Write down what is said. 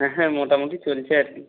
হ্যাঁ মোটামোটি চলছে আর কি